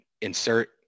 insert